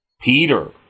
Peter